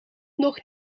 nog